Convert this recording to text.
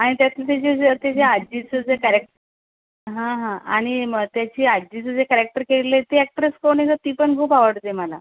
आणि त्यातले त्याचे ते जे आजीचं ते जे कॅरेक हा हा आणि म त्याचे आजीचं जे कॅरेक्टर केलेले ते ॲक्ट्रेस कोण आहे ग ती पण खूप आवडते मला